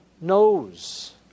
knows